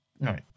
Right